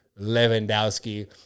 Lewandowski